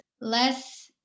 less